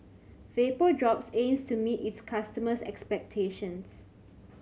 Vapodrops aims to meet its customers' expectations